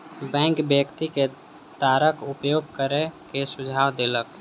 bank व्यक्ति के तारक उपयोग करै के सुझाव देलक